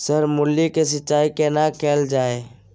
Sir मूली के सिंचाई केना कैल जाए?